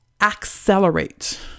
Accelerate